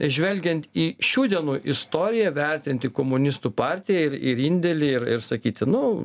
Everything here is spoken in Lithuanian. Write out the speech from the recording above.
žvelgiant į šių dienų istoriją vertinti komunistų partiją ir ir indėlį ir ir sakyti nu